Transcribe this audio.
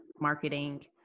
marketing